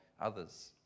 others